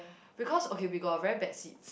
because okay we got a very bad seats